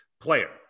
player